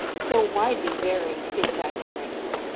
so widely varied his dynamics.